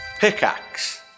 Pickaxe